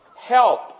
help